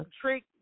trick